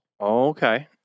Okay